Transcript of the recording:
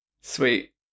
Sweet